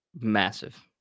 massive